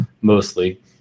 mostly